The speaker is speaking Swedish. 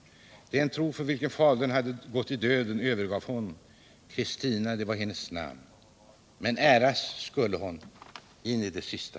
Den tro för vilken fadern gått i döden övergav hon. Kristina var hennes namn.” Men äras skulle hon in i det sista.